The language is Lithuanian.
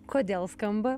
kodėl skamba